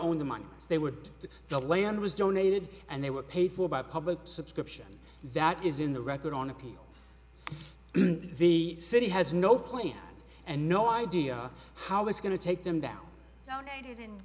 own the money as they would the land was donated and they were paid for by public subscription that is in the record on appeal the city has no plan and no idea how it's going to take them